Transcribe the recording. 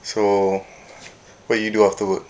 so what you do after work